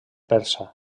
persa